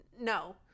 no